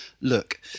look